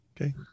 Okay